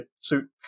suit